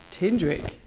Tindrick